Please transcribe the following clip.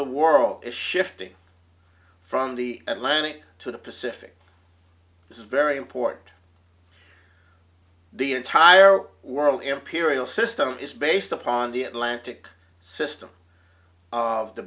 the world is shifting from the atlantic to the pacific this is very important the entire world the imperial system is based upon the atlantic system of the